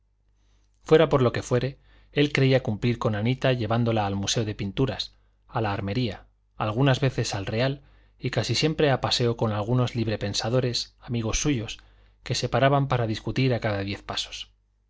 fuera por lo que fuere él creía cumplir con anita llevándola al museo de pinturas a la armería algunas veces al real y casi siempre a paseo con algunos libre pensadores amigos suyos que se paraban para discutir a cada diez pasos